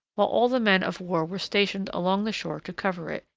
while all the men of war were stationed along the shore to cover it,